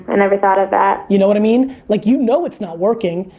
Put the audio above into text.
and never thought of that. you know what i mean? like you know it's not working.